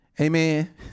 Amen